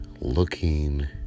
looking